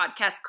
podcast